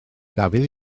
dafydd